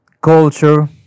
culture